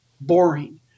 boring